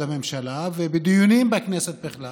בעקבותיו ואינני רואה בו סימן לאיזשהו מענה,